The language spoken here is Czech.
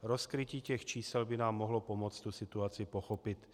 Rozkrytí těch čísel by nám mohlo pomoci situaci pochopit.